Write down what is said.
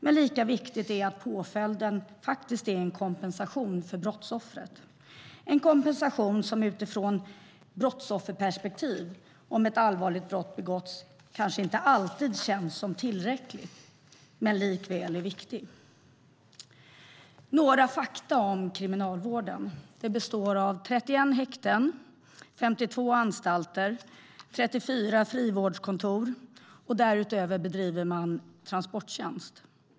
Men lika viktigt är det att påföljden faktiskt är en kompensation för brottsoffret, en kompensation som utifrån brottsofferperspektiv, om ett allvarligt brott har begåtts, kanske inte alltid kanske ses som tillräcklig men likväl är viktig. Jag ska ge några fakta om kriminalvården. Den består av 31 häkten, 52 anstalter och 34 frivårdskontor. Därutöver bedriver man transporttjänst.